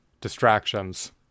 distractions